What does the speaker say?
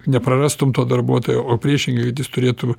neprarastum to darbuotojo o priešingai turėtų